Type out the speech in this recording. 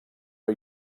are